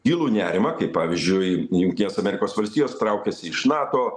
gilų nerimą kaip pavyzdžiui jungtinės amerikos valstijos traukiasi iš nato